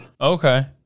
Okay